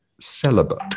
celibate